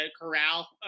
corral